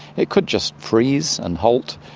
it could just freeze and halt,